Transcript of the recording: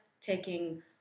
taking